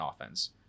offense